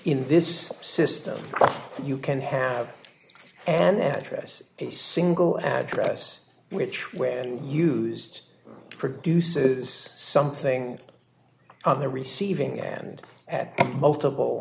in this system you can have an address a single address which when used produces something on the receiving end at multiple